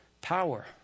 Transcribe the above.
power